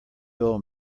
old